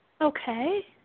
Okay